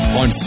on